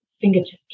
fingertips